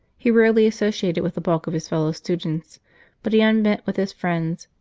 he rarely associated with the bulk of his fellow-students but he unbent with his friends,